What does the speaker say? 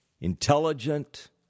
intelligent